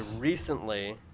recently